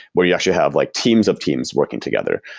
where you actually have like teams of teams working together.